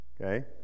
Okay